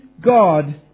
God